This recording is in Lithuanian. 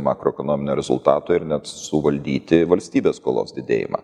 makroekonominio rezultato ir net suvaldyti valstybės skolos didėjimą